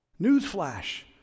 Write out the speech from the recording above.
Newsflash